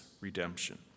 redemption